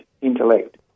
intellect